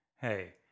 hey